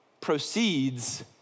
proceeds